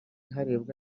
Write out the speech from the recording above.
harebwa